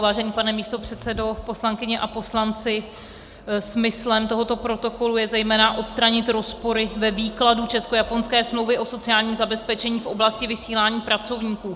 Vážený pane místopředsedo, poslankyně a poslanci, smyslem tohoto protokolu je zejména odstranit rozpory ve výkladu českojaponské smlouvy o sociálním zabezpečení v oblasti vysílání pracovníků.